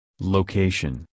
Location